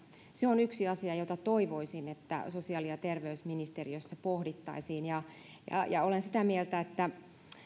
se on yksi asia jota toivoisin että sosiaali ja terveysministeriössä pohdittaisiin olen sitä mieltä että